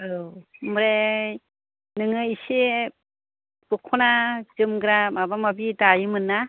औ ओमफ्राय नोङो एसे दख'ना जोमग्रा माबा माबि दायोमोनना